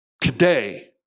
Today